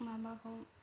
माबाखौ